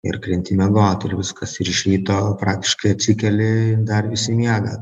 ir krenti miegot ir viskas ir iš ryto praktiškai atsikeli dar visi miega